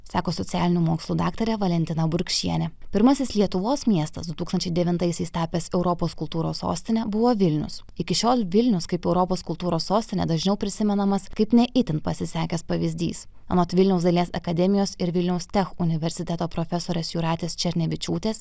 sako socialinių mokslų daktarė valentina burkšienė pirmasis lietuvos miestas du tūkstančiai devintaisiais tapęs europos kultūros sostine buvo vilnius iki šiol vilnius kaip europos kultūros sostinė dažniau prisimenamas kaip ne itin pasisekęs pavyzdys anot vilniaus dailės akademijos ir vilniaus tech universiteto profesorės jūratės černevičiūtės